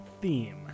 Theme